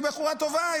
היא בחורה טובה,